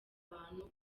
abantu